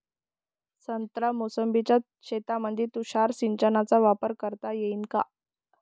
संत्रा मोसंबीच्या शेतामंदी तुषार सिंचनचा वापर करता येईन का?